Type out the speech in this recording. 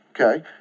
Okay